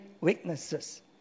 witnesses